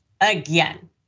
again